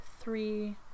three